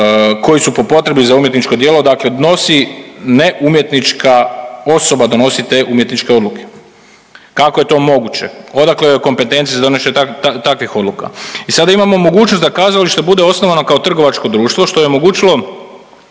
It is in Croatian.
koji su po potrebi, za umjetničko djelo, dakle nosi, neumjetnička osoba donosi te umjetničke odluke. Kako je to moguće? Odakle joj kompetencije za donošenje takvih odluka? I sada imamo mogućnost da kazalište bude osnovano kao trgovačko društvo što je omogućilo